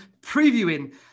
previewing